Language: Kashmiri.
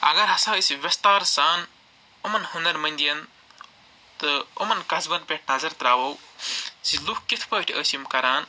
اَگر ہسا أسۍ ویٚستار سان یِمَن ہُنر مٔندِیَن تہٕ یِمَن قصبَن پٮ۪ٹھ نَظر ترٛاوو زِ لوٗکھ کِتھۍ پٲٹھۍ ٲسۍ یِم کران